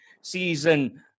season